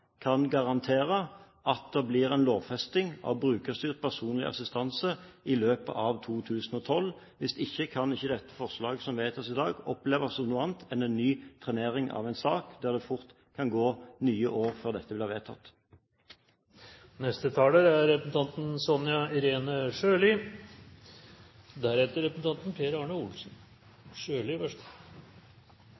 kan garantere at det blir en lovfesting av brukerstyrt personlig assistanse i løpet av 2012. Hvis ikke kan ikke dette forslaget som vedtas i dag, oppleves som noe annet enn en ny trenering av en sak der det fort kan gå nye år før dette blir vedtatt. Et hovedpoeng med Samhandlingsreformen er